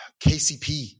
KCP